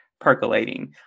percolating